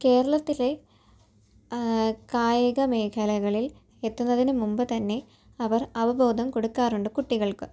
കേരളത്തിലെ കായിക മേഖലകളിൽ എത്തുന്നതിന് മുമ്പ് തന്നെ അവർ അവബോധം കൊടുക്കാറുണ്ട് കുട്ടികൾക്ക്